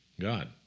God